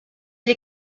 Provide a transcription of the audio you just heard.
les